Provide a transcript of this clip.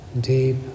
deep